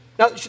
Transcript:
Now